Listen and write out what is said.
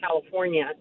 California